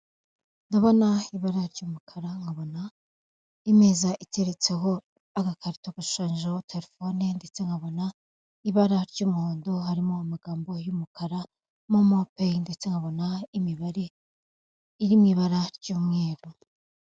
Ndabona ibara ry'umukara, nkabona imeza iteretseho agakarito gashushanyijeho telefone, ndetse nkabona ibara ry'umuhondo harimo amagambo y'umukara, momopeyi, ndetse nkabona imibare iri mu ibara ry'umweru.